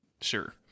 Sure